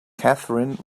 catherine